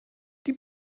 die